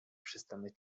przestanę